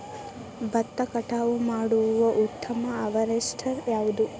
ಭತ್ತ ಕಟಾವು ಮಾಡುವ ಉತ್ತಮ ಹಾರ್ವೇಸ್ಟರ್ ಯಾವುದು?